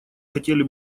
хотели